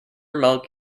milk